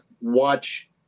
watch